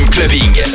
Clubbing